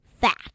fat